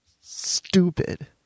Stupid